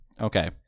Okay